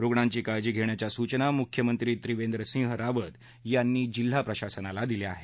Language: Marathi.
रुग्णांची काळजी घेण्याच्या सूचना मुख्यमंत्री त्रिवेंद्रसिंह रावत यांनी जिल्हा प्रशासनाला दिल्या आहेत